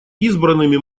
избранными